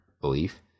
belief